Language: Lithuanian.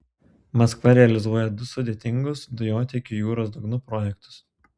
maskva realizuoja du sudėtingus dujotiekių jūros dugnu projektus